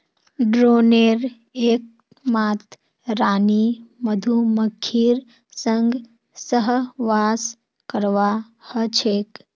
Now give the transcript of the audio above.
ड्रोनेर एकमात रानी मधुमक्खीर संग सहवास करवा ह छेक